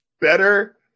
better